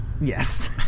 Yes